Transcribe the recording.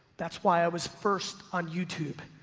that's why i was first on youtube.